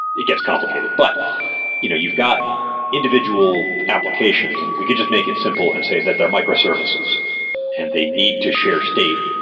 it gets complicated. but you know you've got individual applications and we could just make it simple and say that they're microservices and they need to share state.